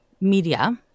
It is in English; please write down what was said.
media